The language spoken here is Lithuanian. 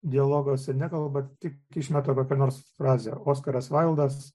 dialoguose nekalba tik išmeta kokią nors frazę oskaras vaildas